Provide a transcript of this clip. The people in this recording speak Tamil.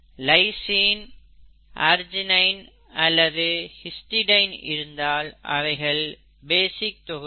லைசின் அர்ஜினைன் அல்லது ஹிஸ்டிடைன் இருந்தால் அவைகள் பேசிக் தொகுப்பு